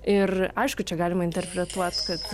ir aišku čia galima interpretuot kad